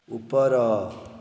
ଉପର